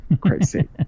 Crazy